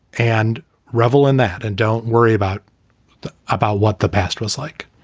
and revel in that. and don't worry about that, about what the past was like